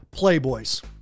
playboys